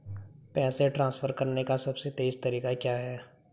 पैसे ट्रांसफर करने का सबसे तेज़ तरीका क्या है?